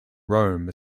rome